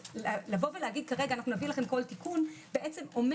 לבוא ולהגיד כרגע אנחנו נביא אליכם כל תיקון בעצם אומר